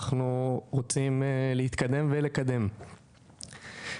אנחנו רוצים להתקדם ולקדם,